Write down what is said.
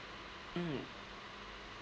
mm